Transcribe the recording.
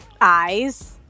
Eyes